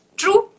true